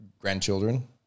grandchildren